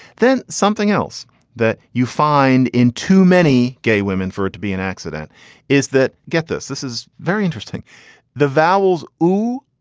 then something else that you find in too many gay women for it to be an accident is that. get this. this is very interesting the vowels o,